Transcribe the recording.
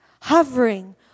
hovering